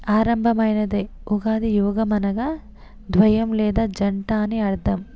ఆరంభమైనదే ఉగాది యోగం అనగా ద్వయం లేదా జంట అని అర్థం